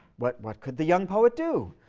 what what could the young poet do?